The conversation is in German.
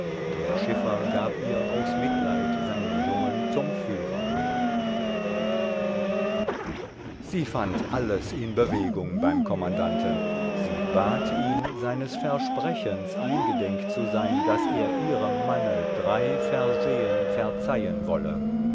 der schiffer gab ihr aus mitleid seinen jungen zum führer sie fand alles in bewegung beim kommandanten sie bat ihn seines versprechens eingedenk zu sein daß er ihrem manne drei versehen verzeihen wolle